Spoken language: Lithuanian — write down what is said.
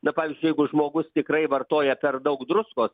na pavyzdžiui jeigu žmogus tikrai vartoja per daug druskos